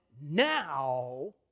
now